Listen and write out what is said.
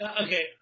okay